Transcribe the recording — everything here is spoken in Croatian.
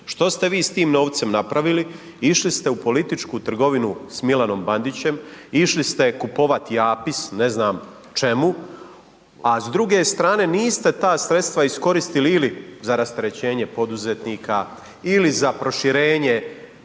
Što se vi s tim novcem napravili? Išli ste u političku trgovinu s Milanom Bandićem, išli ste kupovati APIS, ne znam čemu, a s druge strane niste ta sredstva iskoristili ili za rasterećenje poduzetnika ili za proširenje